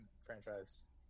franchise